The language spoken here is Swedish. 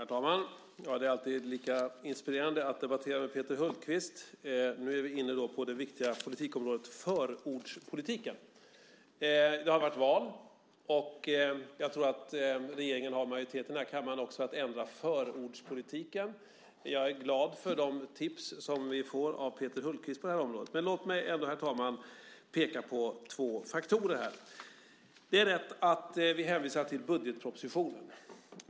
Herr talman! Det är alltid lika inspirerande att debattera med Peter Hultqvist. Nu är vi inne på det viktiga politikområdet förordspolitiken. Det har varit val. Jag tror att regeringen har majoritet i den här kammaren också för att ändra förordspolitiken. Men jag är glad för de tips som vi får av Peter Hultqvist på området. Låt mig ändå, herr talman, peka på några faktorer. Det är rätt att vi hänvisar till budgetpropositionen.